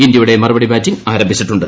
ഇന്ത്യയുടെ മറുപടി ബാറ്റിംഗ് ആരംഭിച്ചിട്ടുണ്ട്